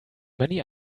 many